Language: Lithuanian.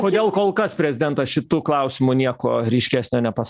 kodėl kol kas prezidentas šitu klausimu nieko ryškesnio ne pas